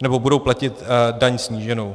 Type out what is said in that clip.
Nebo budou platit daň sníženou.